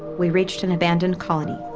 we reached an abandoned colony.